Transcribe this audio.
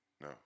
No